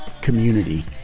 community